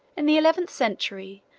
in the eleventh century,